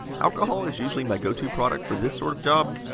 alcohol is usually my go-to-product for this sort of job,